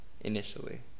initially